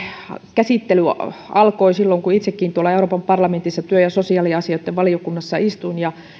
käsittely alkoi silloin kun itsekin tuolla euroopan parlamentissa työ ja sosiaaliasioitten valiokunnassa istuin ja